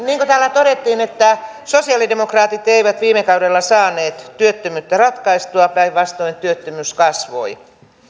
niin kuin täällä todettiin sosialidemokraatit eivät viime kaudella saaneet työttömyyttä ratkaistua päinvastoin työttömyys kasvoi